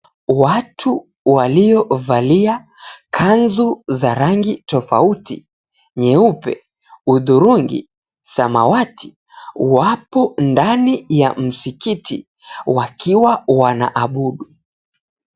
Watu waliovalia kanzu za rangi tofauti, nyeupe, hudhurungi na samawati wapo ndani ya musikiti wakiwa wanaabudu.